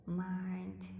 mind